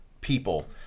people